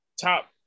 Top